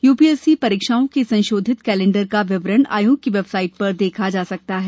UPSC परीक्षाओं के संशोधित कैलेंडर का विवरण आयोग की वेबसाइट पर देखा जा सकता है